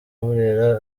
burera